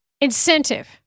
incentive